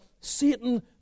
Satan